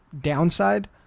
downside